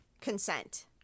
consent